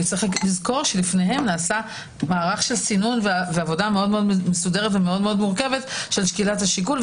לפניהם נעשה מערך סינון ועבודה מאוד מסודרת ומורכבת של שקילת השיקול.